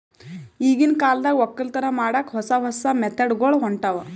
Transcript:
ಈಗಿನ್ ಕಾಲದಾಗ್ ವಕ್ಕಲತನ್ ಮಾಡಕ್ಕ್ ಹೊಸ ಹೊಸ ಮೆಥಡ್ ಗೊಳ್ ಹೊಂಟವ್